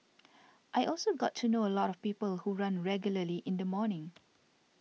I also got to know a lot of people who run regularly in the morning